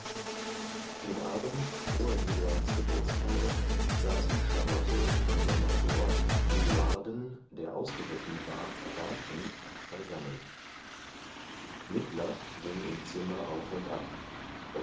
den abend vor eduards geburtstage saßen charlotte und der major eduarden der ausgeritten war erwartend beisammen mittler ging im zimmer auf und ab